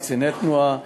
קציני תנועה,